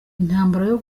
intambara